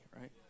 right